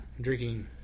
drinking